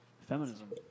feminism